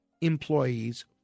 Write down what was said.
employees